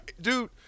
Dude